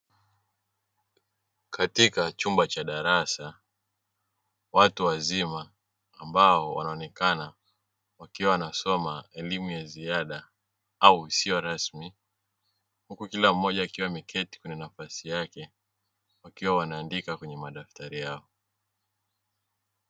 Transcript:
Katika chumba cha darasa, watu wazima ambao wanaonekana wakiwa wanasoma elimu ya ziada au isio rasmi, huku kila mmoja akiwa ameketi kwenye nafasi yake wakiwa wanaandika katika madaftari yao.